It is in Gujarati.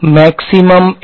વિદ્યાર્થી મેક્સીમમ N